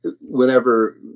whenever